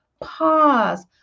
pause